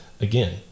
again